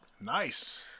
nice